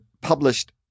published